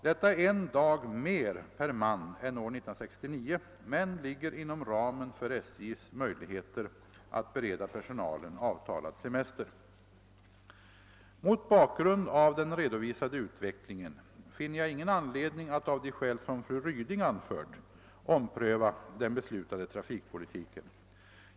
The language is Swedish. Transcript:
Detta är en dag mer per man än år 1969 men ligger inom ramen för SJ:s möjligheter att bereda personalen avtalad semester. Mot bakgrund av den redovisade utvecklingen finner jag ingen anledning att av de skäl som fru Ryding anfört ompröva den beslutade trafikpolitiken.